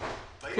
ודאי.